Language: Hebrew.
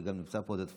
וגם נמצא פה עודד פורר,